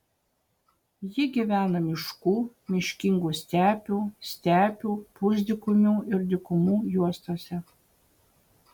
ji gyvena miškų miškingų stepių stepių pusdykumių ir dykumų juostose